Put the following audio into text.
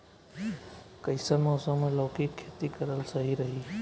कइसन मौसम मे लौकी के खेती करल सही रही?